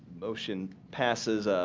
motion passes.